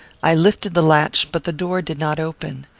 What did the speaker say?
i lifted the latch, but the door did not open.